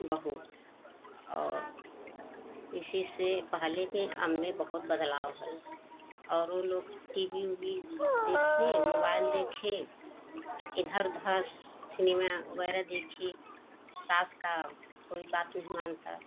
बहू और इसी से पहले पे अब में बहोत बदलाव है और ओ लोग टी वी उवी देखे मोबाइल देखे इधर उधर सिनेमा वगैरह देखिए सास का कोई बात नहीं मानता